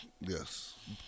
Yes